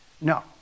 no